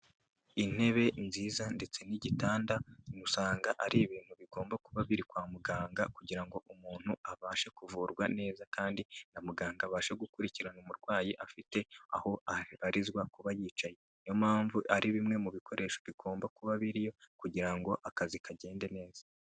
Intebe nziza ndetse n'igitanda, usanga ari ibintu bigomba kuba biri kwa muganga kugira ngo umuntu abashe kuvurwa neza kandi na muganga abashe gukurikirana umurwayi afite ahorizwa kuba yicaye. Niyo mpamvu ari bimwe mu bikoresho bigomba kuba biririmo kugira ngo akazi kagende neza.